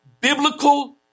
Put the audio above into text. biblical